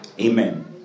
amen